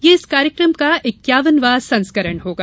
यह इस कार्यक्रम का इक्यावन वां संस्करण होगा